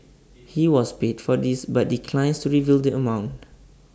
he was paid for this but declines to reveal the amount